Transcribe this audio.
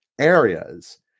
areas